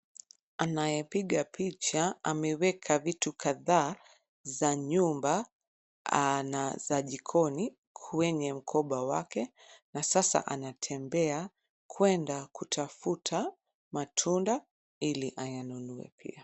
Anayepiga picha ameweka vitu kadhaa za nyumba na za jikoni kwenye mkoba wake na sasa anatembea kwenda kutafuta matunda ili ayanunue pia.